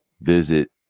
visit